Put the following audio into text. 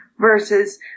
versus